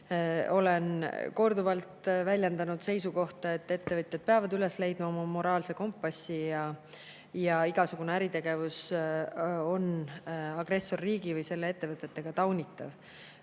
Olen korduvalt väljendanud seisukohta, et ettevõtjad peavad üles leidma oma moraalse kompassi, igasugune äritegevus on agressorriigi või selle ettevõtetega taunitav.